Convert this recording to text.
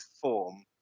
form